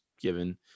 given